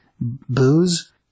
booze